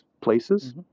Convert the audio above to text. places